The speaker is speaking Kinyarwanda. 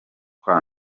kwa